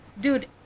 dude